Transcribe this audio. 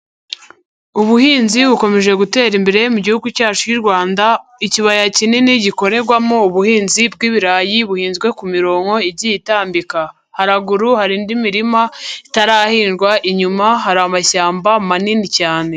Ubuhinzi bukomeje gutera imbere mu gihugu cyacu cy'u Rwanda, ikibaya kinini gikorerwamo ubuhinzi bw'ibirayi buhinzwe ku mironko igiye itambika, haraguru hari indi mirima itarahingwa, inyuma hari amashyamba manini cyane.